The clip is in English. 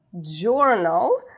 journal